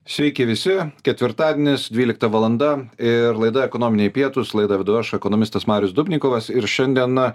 sveiki visi ketvirtadienis dvylikta valanda ir laida ekonominiai pietūs laidą vedu aš ekonomistas marius dubnikovas ir šiandien